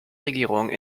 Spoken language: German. regierung